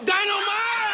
Dynamite